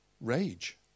rage